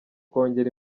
kongera